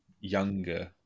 younger